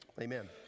amen